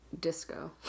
disco